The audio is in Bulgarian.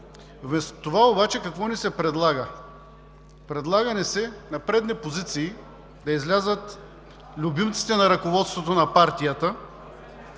С това обаче какво ни се предлага? Предлага ни се на предни позиции да излязат любимците на ръководството на партията,